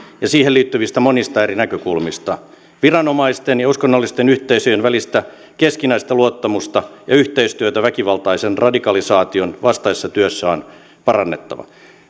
ja siihen liittyvistä monista eri näkökulmista viranomaisten ja uskonnollisten yhteisöjen välistä keskinäistä luottamusta ja yhteistyötä väkivaltaisen radikalisaation vastaisessa työssä on parannettava